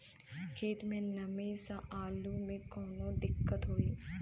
खेत मे नमी स आलू मे कऊनो दिक्कत होई?